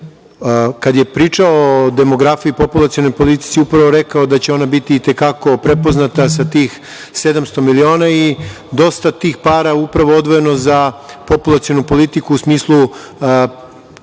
kada je pričao o demografiji, populacionoj politici, upravo rekao da će ona biti i te kako prepoznata sa tih 700 miliona i dosta tih para je upravo odvojeno za populacionu politiku u smislu